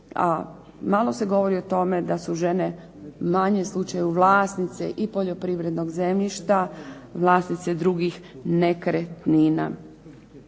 malo se govori o tome da su žene u manjem slučaju vlasnice i poljoprivrednog zemljišta, vlasnice drugih nekretnina.